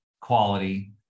quality